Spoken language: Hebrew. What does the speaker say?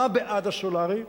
מה בעד הסולרי?